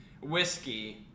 whiskey